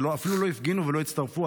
שאפילו לא הפגינו ולא הצטרפו,